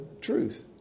truth